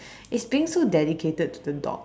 is being so dedicated to the dog